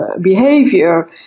behavior